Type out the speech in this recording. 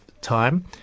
time